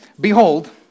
Behold